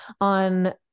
on